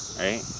right